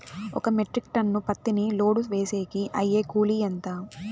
ఒక metric ton పత్తిని load వేసేకి అయ్యే కూలి ఎంత?